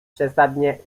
przesadnie